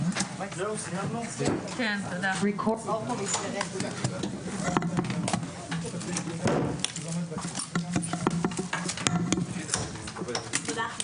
ננעלה בשעה 14:24.